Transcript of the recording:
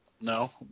No